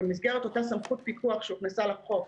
במסגרת אותה סמכות פיקוח שהוכנסה לחוק,